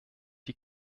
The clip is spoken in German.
die